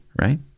right